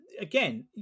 Again